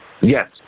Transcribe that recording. Yes